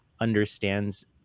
understands